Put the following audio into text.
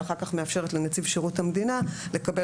שאחר-כך מאפשרת לנציב שירות המדינה לקבל